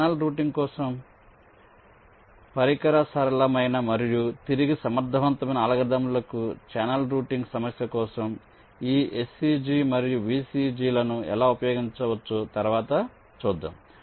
channel routing కోసం పరికరం సరళమైన మరియు తిరిగి సమర్థవంతమైన అల్గారిథమ్లకు ఛానెల్ రౌటింగ్ సమస్య కోసం ఈ HCG మరియు VCG లను ఎలా ఉపయోగించవచ్చో తరువాత చూద్దాం